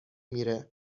میره